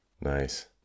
Nice